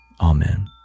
Amen